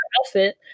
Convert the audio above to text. outfit